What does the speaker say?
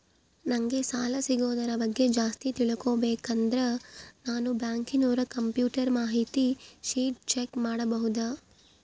ನಂಗೆ ಸಾಲ ಸಿಗೋದರ ಬಗ್ಗೆ ಜಾಸ್ತಿ ತಿಳಕೋಬೇಕಂದ್ರ ನಾನು ಬ್ಯಾಂಕಿನೋರ ಕಂಪ್ಯೂಟರ್ ಮಾಹಿತಿ ಶೇಟ್ ಚೆಕ್ ಮಾಡಬಹುದಾ?